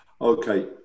Okay